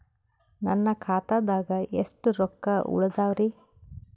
ನನ್ನ ಖಾತಾದಾಗ ಎಷ್ಟ ರೊಕ್ಕ ಉಳದಾವರಿ?